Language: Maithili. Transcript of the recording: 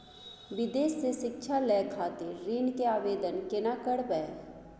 विदेश से शिक्षा लय खातिर ऋण के आवदेन केना करबे?